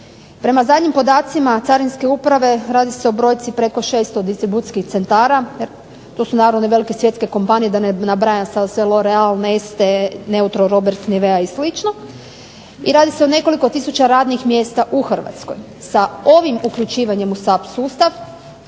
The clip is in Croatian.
Prema zadnjim podacima carinske uprave radi se o brojci preko 600 distribucijskih centara, to su naravno velike svjetske kompanije L'oreal, Nestle, Neutroroberts, NIvea i slično i radi se o nekoliko tisuća radnih mjesta u Hrvatskoj. Sa ovim uključivanjem u SAP sustav